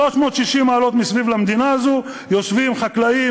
360 מעלות סביב במדינה הזאת יושבים חקלאים,